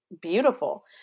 beautiful